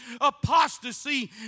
apostasy